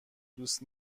دوست